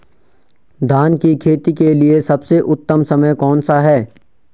धान की खेती के लिए सबसे उत्तम समय कौनसा है?